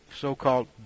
so-called